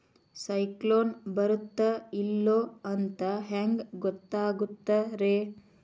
ಸೈಕ್ಲೋನ ಬರುತ್ತ ಇಲ್ಲೋ ಅಂತ ಹೆಂಗ್ ಗೊತ್ತಾಗುತ್ತ ರೇ?